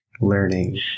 learning